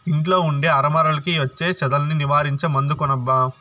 ఇంట్లో ఉండే అరమరలకి వచ్చే చెదల్ని నివారించే మందు కొనబ్బా